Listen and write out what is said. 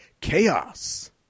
Chaos